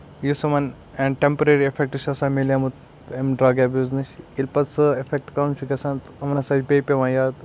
یُس یِمن temporary effect چھُ آسان میلیومُت اَمہِ ڈرگ ایبوٗز نِش ییٚلہِ پَتہٕ سُہ اِفیکٹ کَم چھُ گژھان یِمَن ہسا چھُ بیٚیہِ پیٚوان یاد